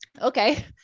Okay